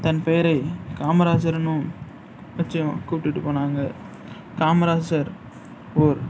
தன் பேரை காமராஜருன்னும் வச்சும் கூப்பிட்டுட்டு போனாங்க காமராஜர் ஓர்